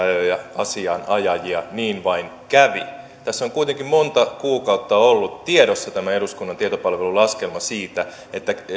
ja asianajajia niin vain kävi tässä on kuitenkin monta kuukautta ollut tiedossa tämä eduskunnan tietopalvelun laskelma